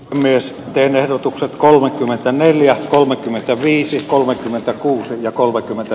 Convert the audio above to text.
myös eyn ehdotuksen kolme kymmentä neljä kolmekymmentäviisi kolmekymmentäkuusi ja kolmekymmentä